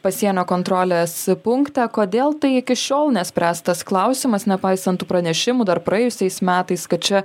pasienio kontrolės punktą kodėl tai iki šiol neišspręstas klausimas nepaisant pranešimų dar praėjusiais metais kad čia